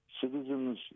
citizens